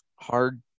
hard